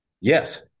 Yes